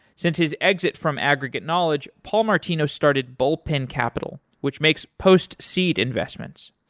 since his exit from aggregate knowledge, paul martino started bullpen capital, which makes post-seed investments.